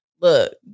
look